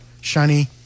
shiny